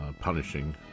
punishing